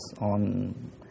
on